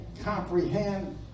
comprehend